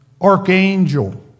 archangel